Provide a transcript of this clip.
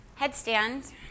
headstand